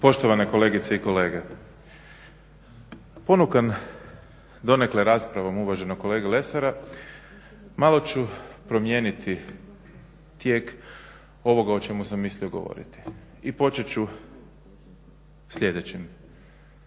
Poštovane kolegice i kolege, ponukan donekle raspravom uvaženog kolege Lesara malo ću promijeniti tijek ovoga o čemu sam mislio govoriti i počet ću sljedećim